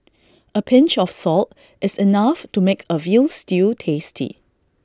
A pinch of salt is enough to make A Veal Stew tasty